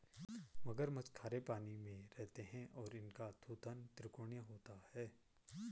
मगरमच्छ खारे पानी में रहते हैं और इनका थूथन त्रिकोणीय होता है